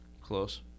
close